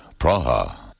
Praha